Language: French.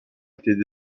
était